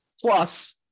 Plus